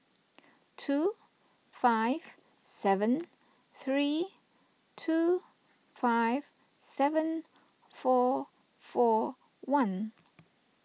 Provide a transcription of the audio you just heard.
two five seven three two five seven four four one